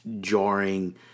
jarring